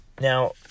Now